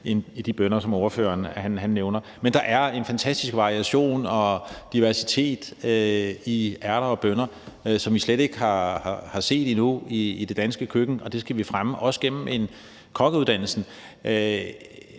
de bønner, som ordføreren nævner. Men der er en fantastisk variation og diversitet inden for ærter og bønner, som vi slet ikke har set endnu i det danske køkken, og det skal vi fremme, også gennem kokkeuddannelsen.